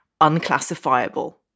unclassifiable